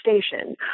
station